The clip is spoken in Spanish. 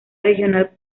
regional